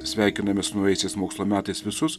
sveikiname su naujaisiais mokslo metais visus